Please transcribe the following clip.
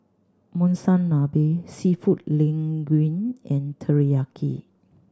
Monsunabe Seafood Linguine and Teriyaki